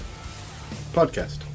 podcast